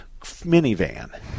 minivan